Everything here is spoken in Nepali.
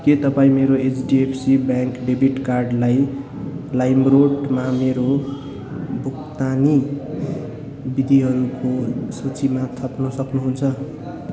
के तपाईँ मेरो एचडिएफसी ब्याङ्क डेबिट कार्डलाई लाइम रोडमा मेरो भुक्तानी विधिहरूको सूचीमा थप्न सक्नुहुन्छ